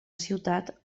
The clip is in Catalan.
ciutat